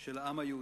של העם היהודי.